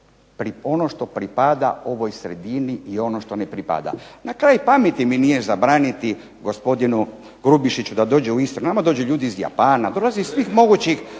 ono što pripada ovoj sredini i ono što ne pripada. Na kraj pameti mi nije zabraniti gospodinu Grubišiću da dođe u Istru. Nama dođu ljudi iz Japana, dolaze iz svih mogućih